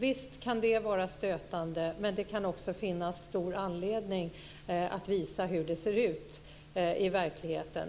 Visst kan det vara stötande, men det kan också finnas stor anledning att visa hur det ser ut i verkligheten.